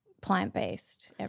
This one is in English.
plant-based